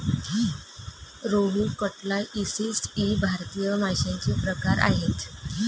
रोहू, कटला, इलीस इ भारतीय माशांचे प्रकार आहेत